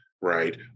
right